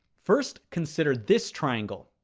first, consider this triangle.